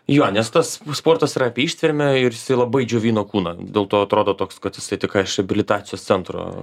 jo nes tas sportas yra apie ištvermę ir labai džiovino kūną dėl to atrodo toks kad jisai tik ką iš ebilitacijos centro